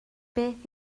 beth